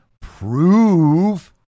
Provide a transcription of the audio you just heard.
prove